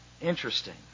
Interesting